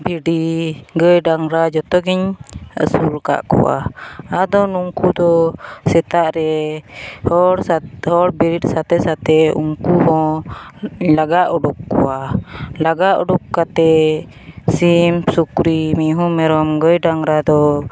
ᱵᱷᱤᱰᱤ ᱜᱟᱹᱭᱼᱰᱟᱝᱨᱟ ᱡᱚᱛᱚᱜᱮᱧ ᱟᱹᱥᱩᱞᱟᱠᱟᱫ ᱠᱚᱣᱟ ᱟᱫᱚ ᱱᱩᱝᱠᱩ ᱫᱚ ᱥᱮᱛᱟᱜᱨᱮ ᱦᱚᱲ ᱵᱮᱨᱮᱫ ᱥᱟᱛᱷᱮ ᱥᱟᱛᱷᱮ ᱩᱱᱠᱩᱦᱚᱸ ᱞᱟᱜᱟ ᱚᱰᱳᱠ ᱠᱚᱣᱟ ᱞᱟᱜᱟ ᱚᱰᱳᱠ ᱠᱟᱛᱮᱫ ᱥᱤᱢ ᱥᱩᱠᱨᱤ ᱢᱤᱦᱩ ᱢᱮᱨᱚᱢ ᱜᱟᱹᱭᱼᱰᱟᱝᱨᱟ ᱫᱚ